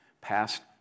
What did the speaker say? past